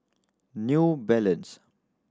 New Balance